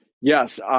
Yes